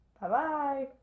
Bye-bye